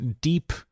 deep